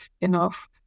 enough